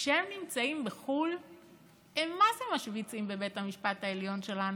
כשהם נמצאים בחו"ל הם מה זה משוויצים בבית המשפט העליון שלנו.